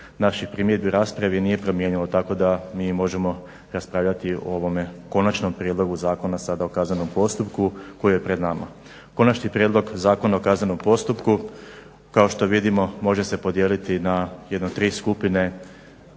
naših primjedbi u raspravi nije promijenilo. Tako da mi možemo raspravljati o ovome Konačnom prijedlogu Zakona sada o kaznenom postupku koji je pred nama. Konačni prijedlog Zakona o kaznenom postupku kao što vidimo može se podijeliti na jedno tri skupine